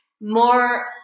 more